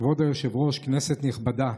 כבוד היושב-ראש, כנסת נכבדה,